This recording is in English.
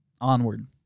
onward